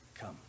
Come